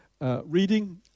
reading